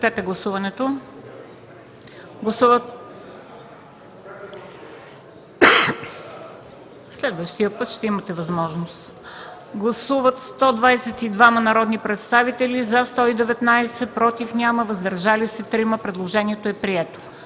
Предложението е прието.